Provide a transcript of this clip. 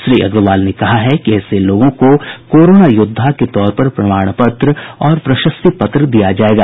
श्री अग्रवाल ने कहा है कि ऐसे लोगों को कोरोना योद्धा के तौर पर प्रमाण पत्र और प्रशस्ति पत्र दिया जायेगा